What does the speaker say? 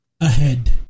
ahead